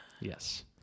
Yes